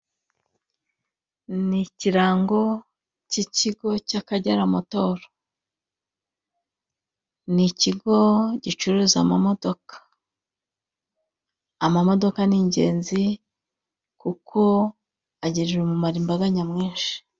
Ni ikirango k'ikigo cy'akigera motoro, ni ikigo gicuruza ama modoka, ama modoka nigenzi kuko agirira umumaro imbaga nyawinshi.